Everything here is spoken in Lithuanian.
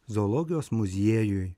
zoologijos muziejui